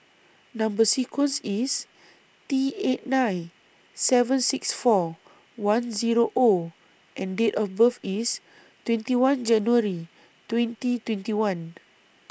Number sequence IS T eight nine seven six four one Zero O and Date of birth IS twenty one January twenty twenty one